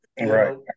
Right